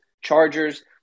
Chargers